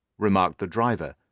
remarked the driver.